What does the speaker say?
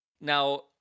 now